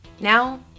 Now